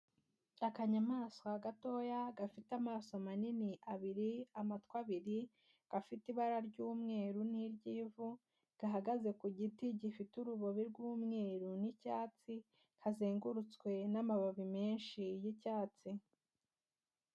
Akanyamaswa gatoya gafite amaso manini abiri, amatwi abiri, gafite ibara ry'umweru n'iry'ivu, gahagaze ku giti gifite urubobi rw'umweru n'icyatsi kazengurutswe n'amababi menshi y'icyatsi.